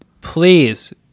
please